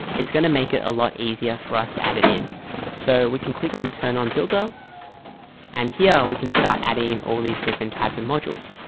it's going to make it a lot easier for us to add it in so we can click on turn on builder and here we can start adding all these different types and modules.